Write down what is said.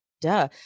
duh